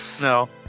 no